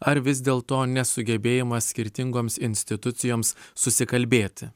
ar vis dėl to nesugebėjimas skirtingoms institucijoms susikalbėti